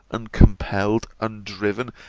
uncompelled, undriven,